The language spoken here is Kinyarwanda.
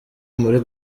muri